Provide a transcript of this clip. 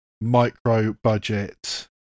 micro-budget